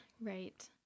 Right